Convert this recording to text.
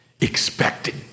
expected